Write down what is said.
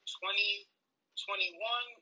2021